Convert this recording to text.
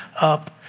up